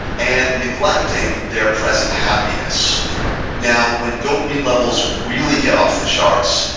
and neglecting their present happiness now, when dopamine levels really get off the charts,